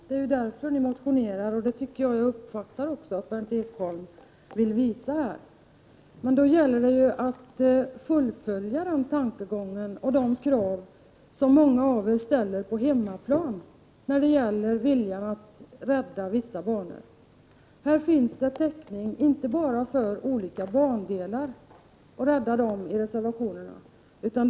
Det är ju därför ni motionerar. Jag uppfattar att Berndt Ekholm också vill visa det här. Det gäller då att fullfölja den tankegången och de krav som många av er ställer på hemmaplan när det gäller viljan att rädda vissa banor. I reservationerna finns inte bara täckning för att rädda olika bandelar.